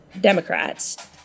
Democrats